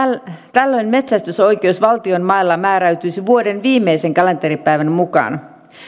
tällöin metsästysoikeus valtion mailla määräytyisi vuoden viimeisen kalenteripäivän mukaan